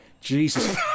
Jesus